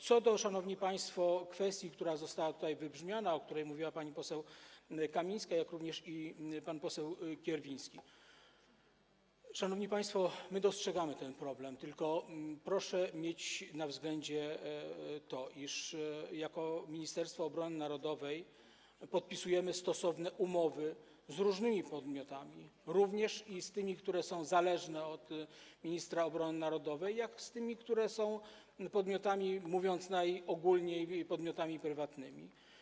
Co do, szanowni państwo, kwestii, która tutaj wybrzmiała, o której mówiła pani poseł Kamińska, jak również pan poseł Kierwiński, to my dostrzegamy ten problem, tylko proszę mieć na względzie to, iż jako Ministerstwo Obrony Narodowej podpisujemy stosowne umowy z różnymi podmiotami, z tymi, które są zależne od ministra obrony narodowej, jak i z tymi, które są, mówiąc najogólniej, podmiotami prywatnymi.